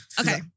Okay